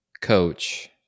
coach